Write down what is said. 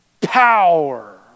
power